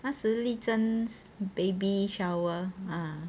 那时 li zhen's baby shower ah